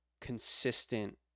consistent